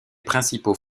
principaux